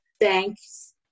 thanks